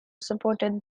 supported